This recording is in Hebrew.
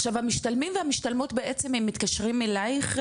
עכשיו המשתלמים והמשתלמות בעצם הם מתקשרים אלייך,